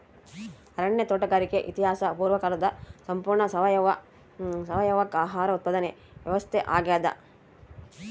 ಅರಣ್ಯ ತೋಟಗಾರಿಕೆ ಇತಿಹಾಸ ಪೂರ್ವಕಾಲದ ಸಂಪೂರ್ಣ ಸಾವಯವ ಆಹಾರ ಉತ್ಪಾದನೆ ವ್ಯವಸ್ಥಾ ಆಗ್ಯಾದ